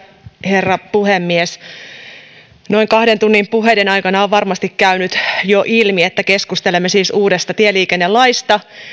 herra puhemies noin kahden tunnin puheiden aikana on varmasti käynyt jo ilmi että keskustelemme siis uudesta tieliikennelaista